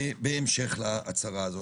בהמשך להצהרה הזו.